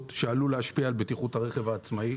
שעלול להשפיע על בטיחות הרכב העצמאי,